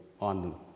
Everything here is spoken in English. on